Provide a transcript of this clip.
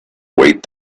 wait